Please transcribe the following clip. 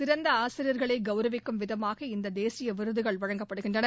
சிறந்த ஆசிரியர்களை கவுரவவிக்கும் விதமாக இந்த தேசிய விருதுகள் வழங்கப்படுகின்றன